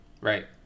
Right